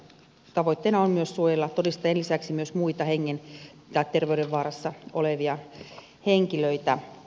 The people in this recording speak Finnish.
tavoitteena on suojella todistajan lisäksi myös muita hengen tai terveydenvaarassa olevia henkilöitä